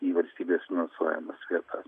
į valstybės finansuojamas vietas